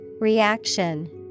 Reaction